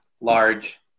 large